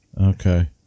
Okay